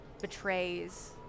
betrays